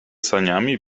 saniami